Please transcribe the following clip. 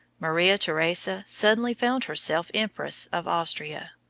maria theresa suddenly found herself empress of austria,